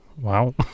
Wow